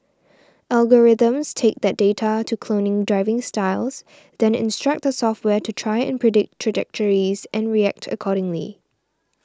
algorithms take that data to clone driving styles then instruct the software to try and predict trajectories and react accordingly